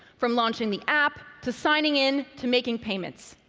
from launching the app, to signing in, to making payments.